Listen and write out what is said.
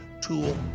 tool